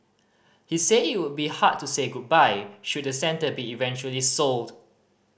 he said it would be hard to say goodbye should the centre be eventually sold